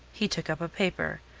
he took up a paper.